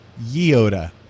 Yoda